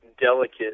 delicate